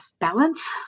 balance